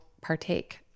partake